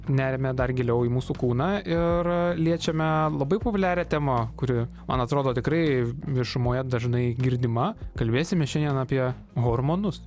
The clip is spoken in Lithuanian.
neriame dar giliau į mūsų kūną ir liečiame labai populiarią tema kuri man atrodo tikrai viešumoje dažnai girdima kalbėsime šiandien apie hormonus